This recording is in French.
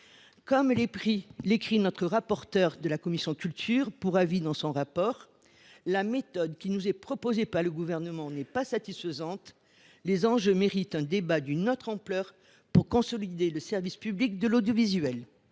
Comme l’écrit le rapporteur pour avis de la commission de la culture, la méthode qui nous est proposée par le Gouvernement n’est pas satisfaisante : ces enjeux méritent un débat d’une autre ampleur pour consolider le service public de l’audiovisuel.